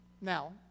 Now